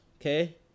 Okay